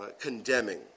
condemning